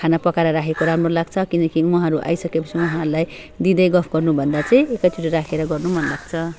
खाना पकार राखेको राम्रो लाग्छ किनकि उहाँहरू आइसके पछि उहाँहरूलाई दिँदै गफ गर्नु भन्दा चाहिँ एकातिर राखेर गर्नु मन लाग्छ